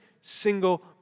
single